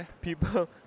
People